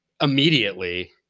immediately